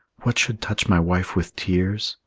what should touch my wife with tears?